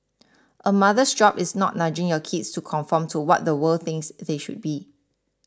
a mother's job is not nudging your kids to conform to what the world thinks they should be